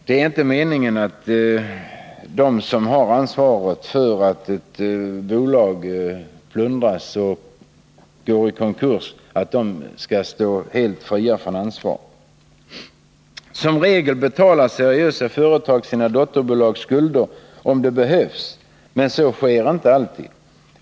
Det är inte meningen att de som plundrar ett bolag och försätter det i konkurs skall vara helt fria från ansvar. Som regel betalar seriösa företag sina dotterbolags skulder om det behövs. Så sker emellertid inte alltid.